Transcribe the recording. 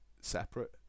separate